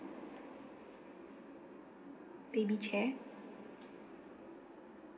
baby chair